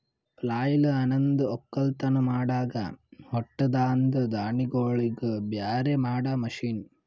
ಪ್ಲಾಯ್ಲ್ ಅನಂದ್ ಒಕ್ಕಲತನ್ ಮಾಡಾಗ ಹೊಟ್ಟದಾಂದ ದಾಣಿಗೋಳಿಗ್ ಬ್ಯಾರೆ ಮಾಡಾ ಮಷೀನ್